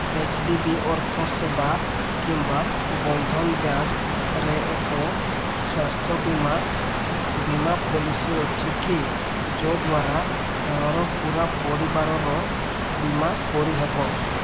H D B ଅର୍ଥ ସେବା କିମ୍ବା ବନ୍ଧନ ବ୍ୟାଙ୍କ୍ ରେ ଏକ ସ୍ଵାସ୍ଥ୍ୟ ବୀମା ବୀମା ପଲିସି ଅଛିକି ଯଦ୍ଵାରା ମୋର ପୂରା ପରିବାରର ବୀମା କରି ହେବ